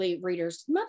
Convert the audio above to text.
readers